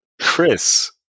Chris